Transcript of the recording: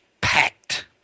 packed